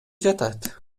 жатат